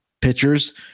pitchers